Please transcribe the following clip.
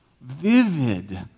Vivid